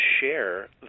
share